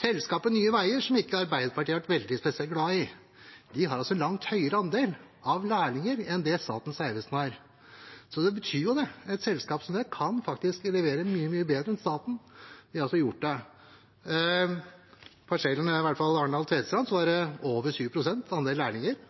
Selskapet Nye veier, som Arbeiderpartiet ikke har vært spesielt glad i, har altså en langt høyere andel av lærlinger enn det Statens vegvesen har. Det betyr jo at et slikt selskap faktisk kan levere mye, mye bedre enn staten. De har altså gjort det. På parsellen Arendal–Tvedestrand var det i hvert fall en andel lærlinger på over 20 pst., og det